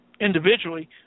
individually